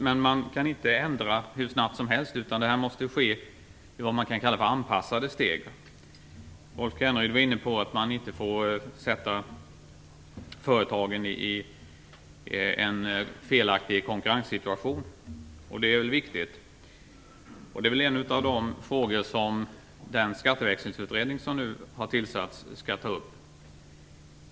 Men man kan inte ändra hur snabbt som helst, utan det måste ske i vad man kan kalla anpassade steg. Rolf Kenneryd var inne på att man inte får försätta företagen i en felaktig konkurrenssituation, och det är riktigt. Det är en av de frågor som den skatteväxlingsutredning som nu har tillsatts skall ta upp.